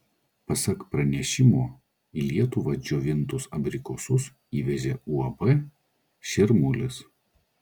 pasak pranešimo į lietuvą džiovintus abrikosus įvežė uab širmulis